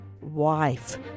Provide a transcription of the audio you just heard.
wife